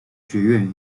学院